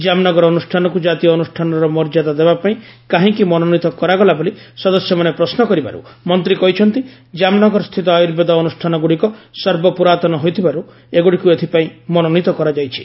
କାମ୍ନଗର ଅନୁଷ୍ଠାନକୁ ଜାତୀୟ ଅନୁଷ୍ଠାନର ମର୍ଯ୍ୟାଦା ଦେବାପାଇଁ କାହିଁକି ମନୋନୀତ କରାଗଲା ବୋଲି ସଦସ୍ୟମାନେ ପ୍ରଶ୍ନ କରିବାରୁ ମନ୍ତ୍ରୀ କହିଛନ୍ତି ଜାମ୍ନଗରସ୍ଥିତ ଆର୍ୟ୍ରବେଦ ଅନୁଷ୍ଠାନ ଗୁଡ଼ିକ ସର୍ବପୁରାତନ ହୋଇଥିବାରୁ ଏଗୁଡ଼ିକୁ ଏଥିପାଇଁ ମନୋନୀତ କରାଯାଇଛି